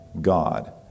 God